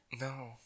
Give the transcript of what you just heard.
No